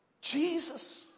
Jesus